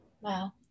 Wow